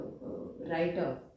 writer